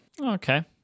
Okay